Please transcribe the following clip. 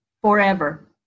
forever